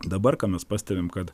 dabar ką mes pastebim kad